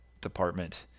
department